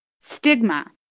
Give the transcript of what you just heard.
stigma